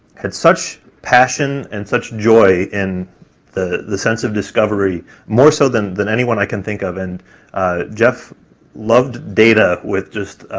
had such passion and such joy in the the sense of discovery more so than than anyone i can think of and jeff loved data with just